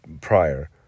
prior